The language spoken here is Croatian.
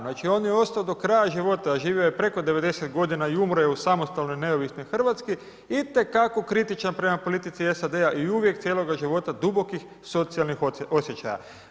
Znači on je ostao do kraja života a živio je preko 90 godina i umro je u samostalnoj i neovisnoj Hrvatskoj, itekako kritičan prema politici SAD-a i uvijek cijeloga života dubokih socijalnih osjećaja.